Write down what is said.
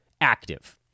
active